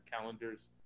calendars